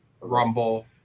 rumble